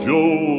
Joe